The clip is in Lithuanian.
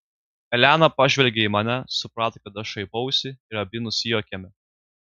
elena pažvelgė į mane suprato kad aš šaipausi ir abi nusijuokėme